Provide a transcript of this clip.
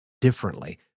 differently